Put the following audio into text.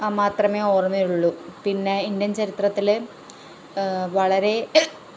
ആ മാത്രമേ ഓർമ്മയുള്ളു പിന്നേ ഇന്ത്യൻ ചരിത്രത്തിലെ വളരെ